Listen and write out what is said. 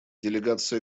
делегация